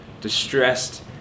distressed